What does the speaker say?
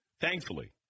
thankfully